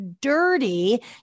dirty